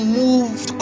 moved